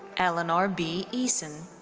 eleanor b. eason.